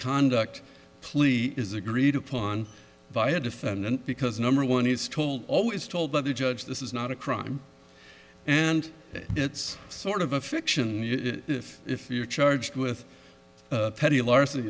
conduct plea is agreed upon by a defendant because number one is told always told by the judge this is not a crime and it's sort of a fiction if if your chart with petty larceny